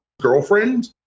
girlfriend